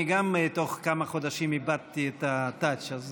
אני תוך כמה חודשים איבדתי את הטאץ', אז